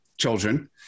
children